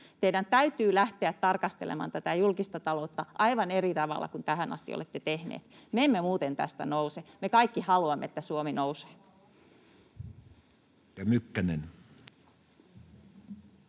Teidän täytyy lähteä tarkastelemaan julkista taloutta aivan eri tavalla kuin tähän asti olette tehneet. Me emme muuten tästä nouse. Me kaikki haluamme, että Suomi nousee.